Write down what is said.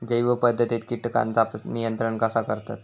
जैव पध्दतीत किटकांचा नियंत्रण कसा करतत?